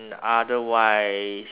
otherwise